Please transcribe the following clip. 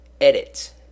edit